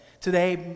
Today